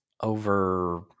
over